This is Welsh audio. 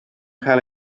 cael